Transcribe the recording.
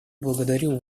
благодарю